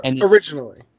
Originally